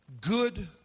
good